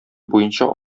буенча